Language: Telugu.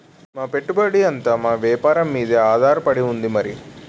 మా పెట్టుబడంతా మా వేపారం మీదే ఆధారపడి ఉంది మరి